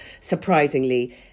surprisingly